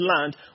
land